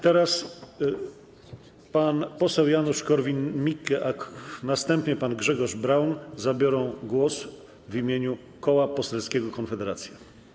Teraz pan poseł Janusz Korwin-Mikke, a następnie pan Grzegorz Braun zabiorą głos w imieniu Koła Poselskiego Konfederacja.